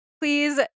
Please